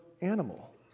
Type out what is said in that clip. animal